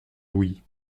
louis